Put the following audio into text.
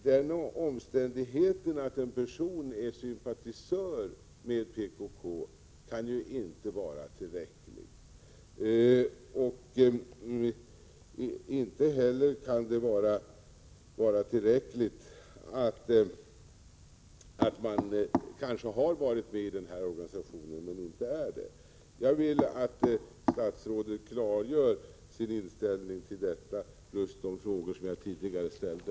Den omständigheten att en person är sympatisör med PKK kan inte vara tillräcklig som skäl, inte heller kan det vara tillräckligt att man kanske har varit med i denna organisation men inte längre är det. Jag vill att statsrådet klargör sin inställning till detta samtidigt som han besvarar de frågor jag tidigare ställde.